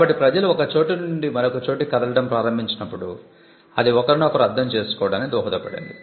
కాబట్టి ప్రజలు ఒక చోటు నుంచి మరొక చోటుకి కదలడం ప్రారంభించినప్పుడు అది ఒకరినొకరు అర్థం చేసుకోవడానికి దోహదపడింది